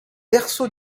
verso